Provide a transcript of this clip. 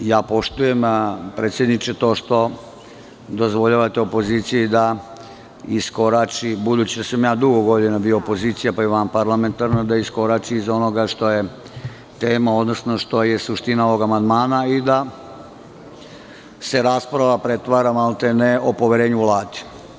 Ja poštujem, predsedniče, to što dozvoljavate opoziciji da iskorači, budući da sam ja dugo godina bio opozicija, pa i vanparlamentarna, da iskorači iz onoga što je tema, odnosno što je suština ovog amandmana i da se rasprava pretvara maltene o poverenju Vladi.